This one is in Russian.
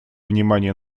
внимание